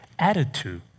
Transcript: attitude